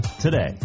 today